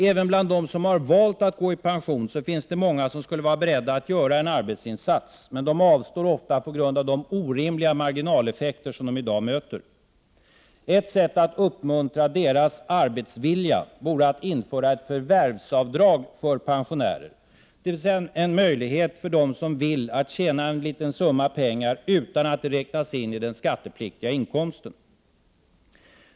Även bland dem som valt att gå i pension finns det många som skulle vara beredda att göra en arbetsinsats, men de avstår ofta på grund av de orimliga marginaleffekter som de i dag möter. Ett sätt att uppmuntra deras arbetsvilja vore att införa ett förvärvsavdrag för pensionärer, dvs. en möjlighet för dem som vill att tjäna en liten summa pengar utan att den räknas in i den skattepliktiga inkomsten.